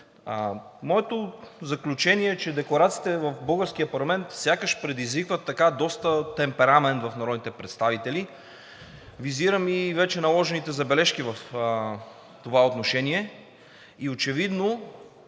Моето заключение е, че декларациите в българския парламент сякаш предизвикват доста темперамент в народните представители, визирам и вече наложените забележки в това отношение. И очевидно,